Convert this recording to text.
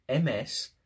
MS